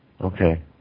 Okay